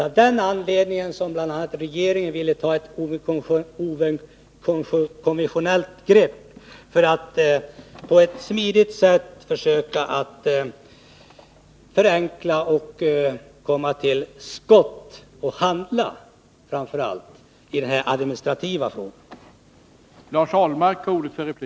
Av den anledningen ville bl.a. regeringen ta ett okonventionellt grepp för att på ett smidigt sätt försöka förenkla det hela, komma till skott och framför allt handla när det gällde den administrativa frågan.